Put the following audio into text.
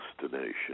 destination